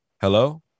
Hello